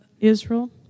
Israel